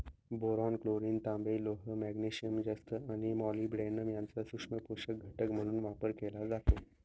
boron, chlorine, तांबे, लोह, magnesium, जस्त आणि मॉलिब्डेनम यांचा सूक्ष्म पोषक घटक म्हणून वापर केला जातो